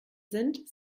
sind